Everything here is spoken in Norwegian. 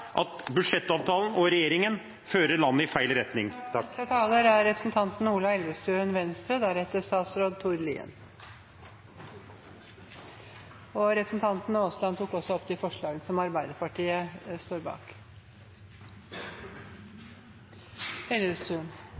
at budsjettavtalen – og regjeringen – fører landet i feil retning. Representanten Terje Aasland har tatt opp de forslagene han refererte til. Representanten Ola Elvestuen